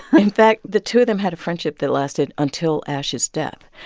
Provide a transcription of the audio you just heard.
in fact, the two of them had a friendship that lasted until ashe's death.